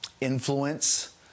influence